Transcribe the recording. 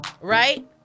Right